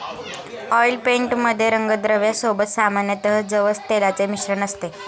oil paint मध्ये रंगद्रव्या सोबत सामान्यतः जवस तेलाचे मिश्रण असते